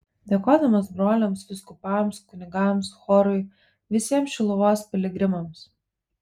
dėkodamas broliams vyskupams kunigams chorui visiems šiluvos piligrimams